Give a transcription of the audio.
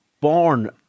born